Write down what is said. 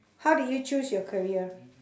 how did you choose your career